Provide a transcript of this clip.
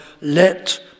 Let